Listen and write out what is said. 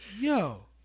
yo